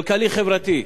כלכלי-חברתי,